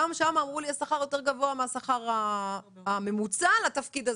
גם שם אמרו לי שהשכר יותר גבוה מהשכר הממוצע לתפקיד הזה.